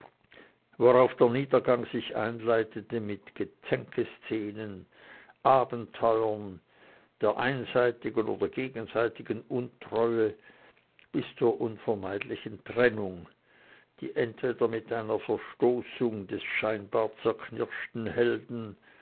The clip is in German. worauf der niedergang sich einleitete mit gezänkszenen abenteuern der einseitigen oder gegenseitigen untreue bis zur unvermeidlichen trennung die entweder mit einer jähen verstoßung des scheinbar zerknirschten helden